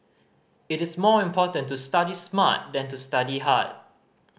it is more important to study smart than to study hard